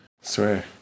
Swear